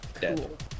Dead